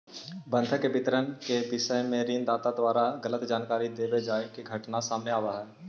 बंधक के विवरण के विषय में ऋण दाता द्वारा गलत जानकारी देवे जाए के घटना सामने आवऽ हइ